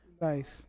Nice